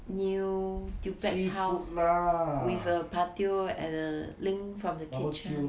new duplex house with a patio and a link from the kitchen